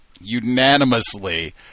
unanimously